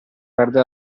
perde